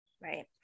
Right